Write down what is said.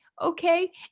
okay